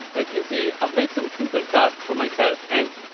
can see i've made some simple tasks for myself and.